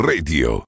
Radio